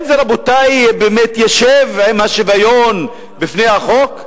רבותי, האם זה מתיישב עם השוויון בפני החוק?